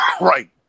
Right